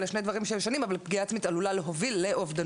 אלה שני דברים שונים אבל פגיעה עצמית עלולה להוביל לאובדנות.